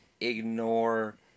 ignore